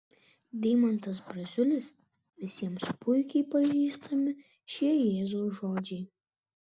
deimantas braziulis visiems puikiai pažįstami šie jėzaus žodžiai